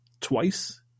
twice